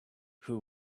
who